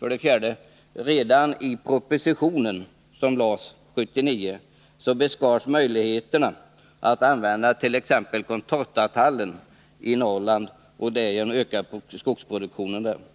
För det fjärde beskars redan i den proposition som lades fram 1979 möjligheterna för skogsägarna i Norrland att använda contortatallen för att därigenom öka skogsproduktionen.